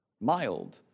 mild